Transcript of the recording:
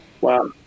Wow